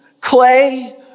clay